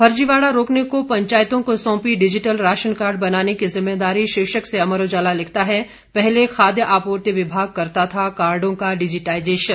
फर्जीवाड़ा रोकने को पंचायतों को सोंपी डिजिटल राशनकार्ड बनाने की जिम्मेदारी शीर्षक से अमर उजाला लिखता है पहले खाद्य आपूर्ति विभाग करता था कार्डो का डिजिटाइजेशन